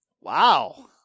wow